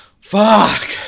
fuck